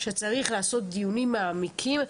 אני חושבת שצריך לעשות דיונים מעמיקים,